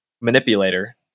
manipulator